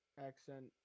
accent